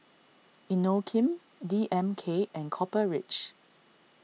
Inokim D M K and Copper Ridge